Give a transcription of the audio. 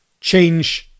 change